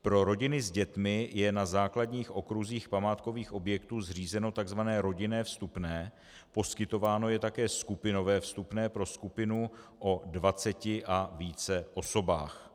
Pro rodiny s dětmi je na základních okruzích památkových objektů zřízeno tzv. rodinné vstupné, poskytováno je také skupinové vstupné pro skupinu od 20 a více osobách.